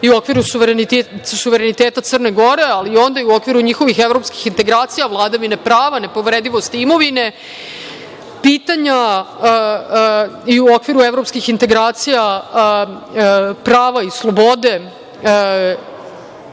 i u okviru suvereniteta Crne Gore, ali i u okviru njihovih evropskih integracija, vladavine prava, nepovredivosti imovine, pitanja i u okviru evropskih integracija, prava i slobode